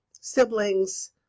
siblings